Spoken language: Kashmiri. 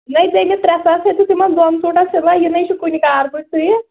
نٔے ژےٚ مےٚ ترٛےٚ ساس ہیٚتِتھ یِمن دۄن سوٗٹن سِلٲے یہِ نَے چھُ کُنہِ کارکُے سُوِتھ